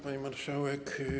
Pani Marszałek!